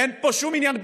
אין פה שום עניין בריאותי,